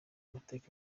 amateka